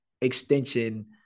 extension